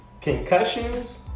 concussions